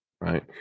right